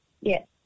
Yes